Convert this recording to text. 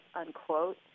unquote